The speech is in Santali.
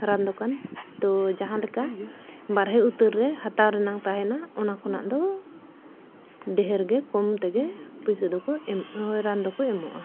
ᱨᱟᱱ ᱫᱚᱠᱟᱱ ᱛᱚ ᱡᱟᱦᱟᱸ ᱞᱮᱠᱟ ᱵᱟᱦᱨᱮ ᱩᱛᱟᱹᱨ ᱨᱮ ᱦᱟᱛᱟᱣ ᱨᱮᱱᱟᱜ ᱛᱟᱦᱮᱱᱟ ᱚᱱᱟ ᱠᱷᱚᱱᱟᱜ ᱫᱚ ᱰᱷᱮᱨ ᱜᱮ ᱠᱚᱢ ᱛᱮᱜᱮ ᱯᱚᱭᱥᱟ ᱫᱚᱠᱚ ᱮᱢᱚᱜ ᱨᱟᱱ ᱫᱚᱠᱚ ᱮᱢᱚᱜᱼᱟ